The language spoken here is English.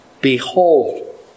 Behold